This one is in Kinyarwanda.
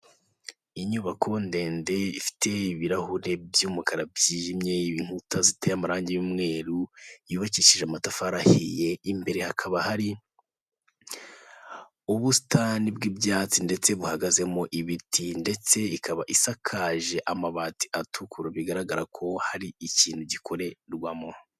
Inyubako ndende ifite ibirahure by'umukara byijimye, inkuta ziteye amarangi y'umweru yubakishije amatafari ahiye, imbere hakaba hari ubusitani bw'ibyatsi ndetse buhagazemo ibiti ndetse ikaba isakaje amabati atukura bigaragara ko hari ikintu gikorerwamo.